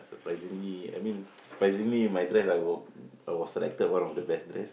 surprisingly I mean surprisingly my dress I were I was selected one of the best dress